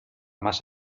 más